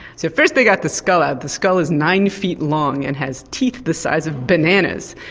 so first they got the skull out. the skull is nine feet long and has teeth the size of bananas.